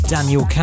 Daniel